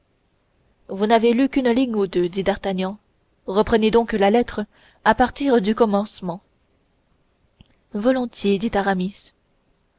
vous n'aviez lu qu'une ligne ou deux dit d'artagnan reprenez donc la lettre à partir du commencement volontiers dit aramis